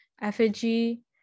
effigy